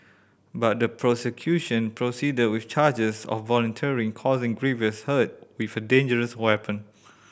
but the prosecution proceeded with charges of voluntarily causing grievous hurt with a dangerous weapon